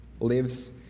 lives